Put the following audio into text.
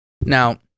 Now